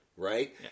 right